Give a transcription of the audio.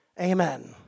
Amen